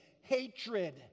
hatred